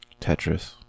Tetris